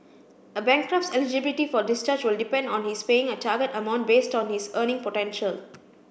a bankrupt's eligibility for discharge will depend on his paying a target amount based on his earning potential